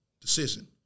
decision